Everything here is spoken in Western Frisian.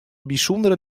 bysûndere